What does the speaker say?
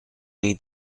need